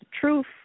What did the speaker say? truth